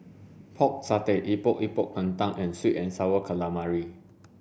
pork satay Epok Epok Kentang and sweet and sour calamari